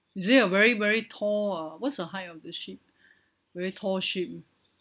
is it a very very tall uh what's the height of the ship very tall ship